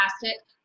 fantastic